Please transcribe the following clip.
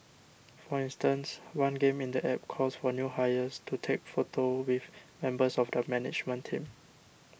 for instances one game in the App calls for new hires to take photos with members of the management team